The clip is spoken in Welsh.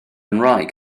ngwraig